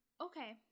okay